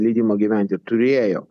leidimą gyventi turėjo